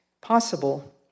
possible